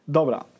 dobra